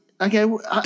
okay